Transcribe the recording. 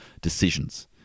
decisions